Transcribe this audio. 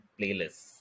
playlists